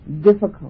difficult